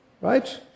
right